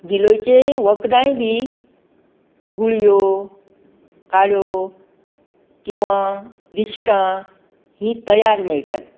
गिलोयचें वखदाय बी गुळयो काडो किंवा विश्टा ही तयार मेळटात